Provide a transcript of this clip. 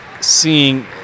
seeing